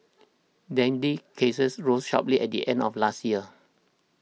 dengue cases rose sharply at the end of last year